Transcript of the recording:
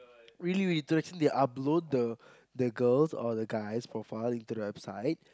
really really to actually they upload the the girls or the guys profile into the website